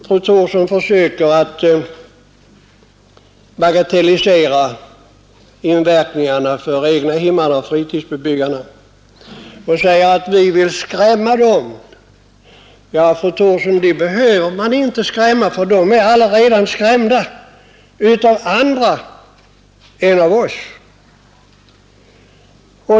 Fru Thorsson försöker bagatellisera inverkningarna för egnahemsägarna och fritidsstugeägarna och säger att vi vill skrämma dem. Fru Thorsson, dem behöver man inte skrämma för de är allaredan skrämda — av andra än av oss.